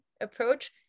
approach